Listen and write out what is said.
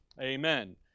Amen